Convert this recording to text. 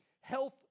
health